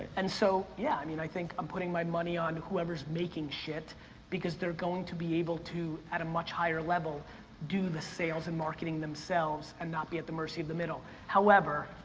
and so, yeah i mean i think i'm putting my money on whoever's making shit because they're going to be able to at a much higher level do the sales and marketing themselves and not be at the mercy of the middle. however,